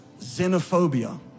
Xenophobia